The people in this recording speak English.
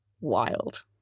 Wild